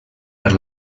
per